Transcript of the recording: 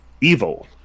evil